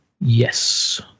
Yes